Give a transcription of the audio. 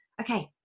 okay